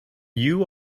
you